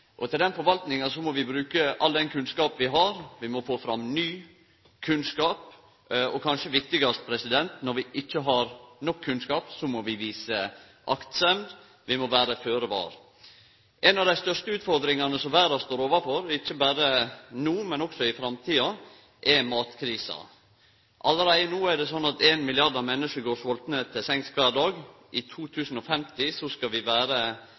i. Til den forvaltinga må vi bruke all den kunnskapen vi har. Vi må få fram ny kunnskap og kanskje viktigast, når vi ikkje har nok kunnskap, må vi vise aktsemd, vi må vere føre-var. Ei av dei største utfordringane verda står overfor, ikkje berre no, men også i framtida, er matkrisa. Allereie no er det slik at ein milliard menneske går svoltne til sengs kvar dag. I 2050 skal vi etter berekningane vere